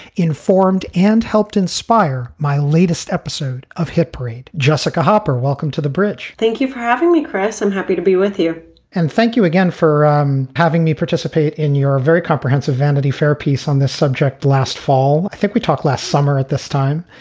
informed and helped inspire my latest episode of hit parade. jessica hopper, welcome to the bridge thank you for having me, chris. i'm happy to be with here and thank you again for having me participate in your very comprehensive vanity fair piece on this subject last fall. i think we talked last summer at this time,